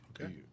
Okay